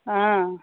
हँ